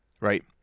Right